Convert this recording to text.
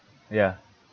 ya